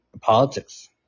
politics